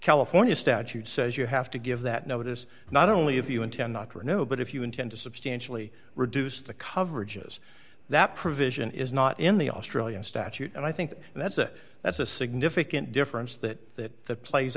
california statute says you have to give that notice not only if you intend not to renew but if you intend to substantially reduce the coverages that provision is not in the australian statute and i think that's a that's a significant difference that that